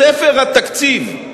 בספר התקציב,